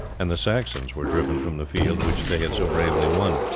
and the saxons were driven from the field which they had so bravely won.